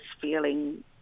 feeling